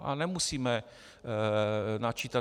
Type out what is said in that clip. A nemusíme načítat.